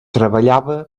treballava